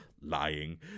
lying